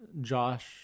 Josh